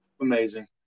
Amazing